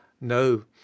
No